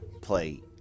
play